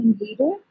leader